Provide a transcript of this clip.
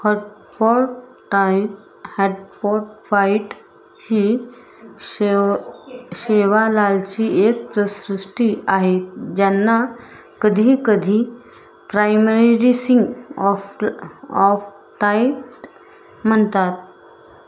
हटफोटाईट हटफोफाईट ही शेव शैवालांची एक प्रसृष्टी आहे आहे ज्यांना कधी कधी प्रायमरडीसिंग ऑफला ऑफटाईट म्हणतात